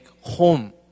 home